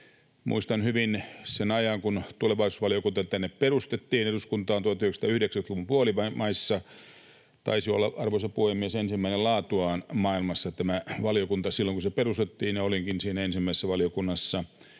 Muistan hyvin sen ajan, kun tulevaisuusvaliokunta perustettiin tänne eduskuntaan 1990-luvun puolimaissa. Taisi olla, arvoisa puhemies, ensimmäinen laatuaan maailmassa tämä valiokunta silloin, kun se perustettiin. Olinkin siinä ensimmäisessä valiokunnassa